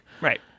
Right